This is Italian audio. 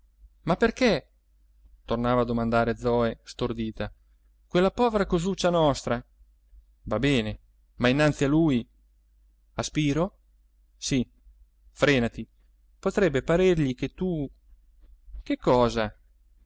ma perché tornava a domandare zoe stordita quella povera cosuccia nostra va bene ma innanzi a lui a spiro sì frenati potrebbe parergli che tu che cosa